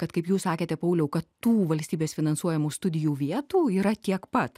kad kaip jūs sakėte pauliau kad tų valstybės finansuojamų studijų vietų yra tiek pat